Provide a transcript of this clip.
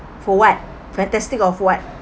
for what fantastic of what